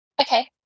Okay